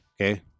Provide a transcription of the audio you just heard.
Okay